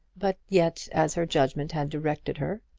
but yet as her judgment had directed her.